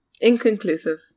Inconclusive